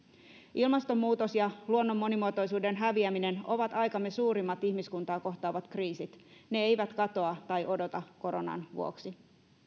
ilmastonmuutos ja luonnon monimuotoisuuden häviäminen ovat aikamme suurimmat ihmiskuntaa kohtaavat kriisit ne eivät katoa tai odota koronan vuoksi